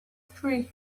three